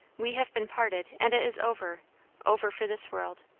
we have been parted, and it is over over for this world.